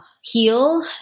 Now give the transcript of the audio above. heal